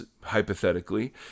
hypothetically